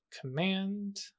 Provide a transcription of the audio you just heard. command